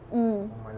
mm